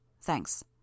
Thanks